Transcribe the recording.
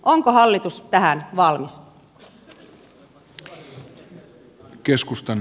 onko hallitus tähän valmis